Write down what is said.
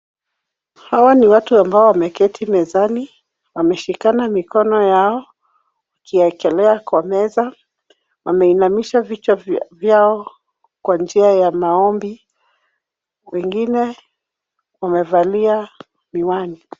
Hawa ni watu ambao wameketi mezani , wameshikana mikono yao wakiekelea kwa meza ,wameinamisha vichwa vyao kwa njia ya maombi , wengine wamevalia miwani .